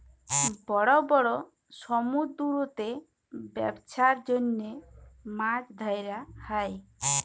বড় বড় সমুদ্দুরেতে ব্যবছার জ্যনহে মাছ ধ্যরা হ্যয়